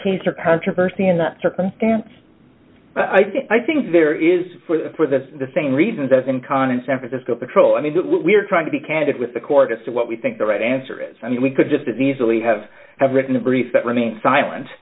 case or controversy in that circumstance i think there is for the same reasons as in conn in san francisco patrol i mean we're trying to be candid with the court as to what we think the right answer is i mean we could just as easily have have written briefs that remain silent